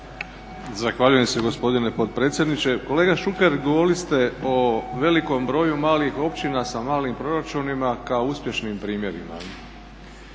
Zahvaljujem se gospodine potpredsjedniče. Kolega Šuker, govorili ste o velikom broju malih općina sa malim proračunima kao uspješnim primjerima.